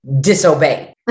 disobey